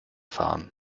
fahren